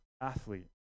athlete